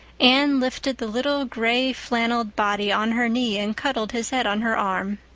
anne lifted the little gray-flannelled body on her knee and cuddled his head on her arm.